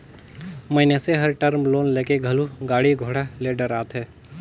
मइनसे हर term loan लेके घलो गाड़ी घोड़ा ले डारथे